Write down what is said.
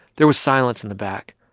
there was silence in the back,